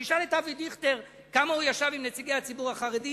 תשאל את אבי דיכטר כמה הוא ישב עם נציגי הציבור החרדי.